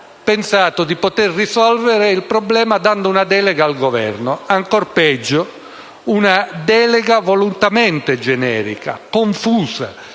pensato di poter risolvere il problema dando una delega al Governo, ancor peggio una delega volutamente generica, confusa,